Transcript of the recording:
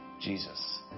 Jesus